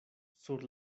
sur